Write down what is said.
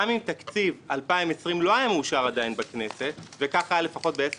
גם אם תקציב 2020 לא היה מאושר עדיין בכנסת וכך היה לפחות בעשר